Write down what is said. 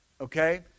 Okay